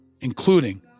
including